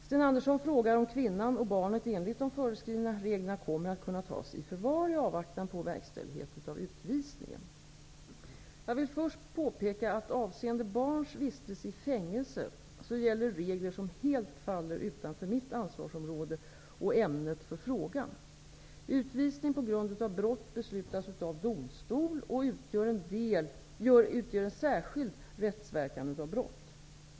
Sten Andersson frågar om kvinnan och barnet enligt de föreslagna reglerna kommer att kunna tas i förvar i avvaktan på verkställighet av utvisningen. Jag vill först påpeka att avseende barns vistelse i fängelse gäller regler som helt faller utanför mitt ansvarsområde och ämnet för frågan. Utvisning på grund av brott beslutas av domstol och utgör en särskild rättsverkan av brott.